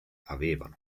avevano